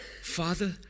Father